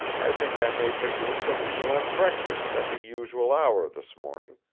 i think i may presume that we shall have breakfast at the usual hour this morning,